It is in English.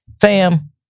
fam